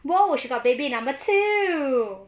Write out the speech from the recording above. !whoa! she got baby number two